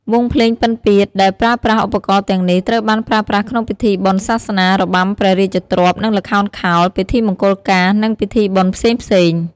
វង់ភ្លេងពិណពាទ្យដែលប្រើប្រាស់ឧបករណ៍ទាំងនេះ ត្រូវបានប្រើប្រាស់ក្នុងពិធីបុណ្យសាសនា របាំព្រះរាជទ្រព្យនិងល្ខោនខោល ពិធីមង្គលការ និងពិធីបុណ្យផ្សេងៗ។